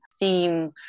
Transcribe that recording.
theme